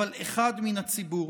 אבל אחד בציבור".